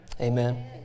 Amen